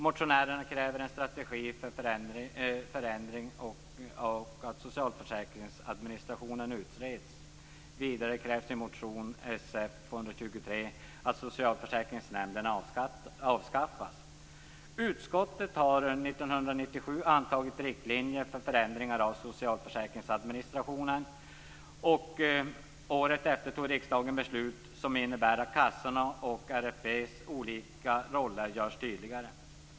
Motionärerna kräver en strategi för förändring och att socialförsäkringens administration utreds. Utskottet har 1997 antagit riktlinjer för förändringar av socialförsäkringsadministrationen och året efter fattade riksdagen beslut som innebar att kassornas och RFV:s olika roller skulle göras tydligare.